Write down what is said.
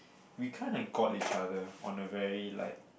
we kinda got each other on a very like